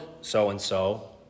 so-and-so